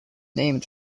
named